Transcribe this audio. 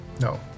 No